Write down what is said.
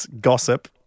gossip